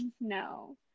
No